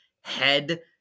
head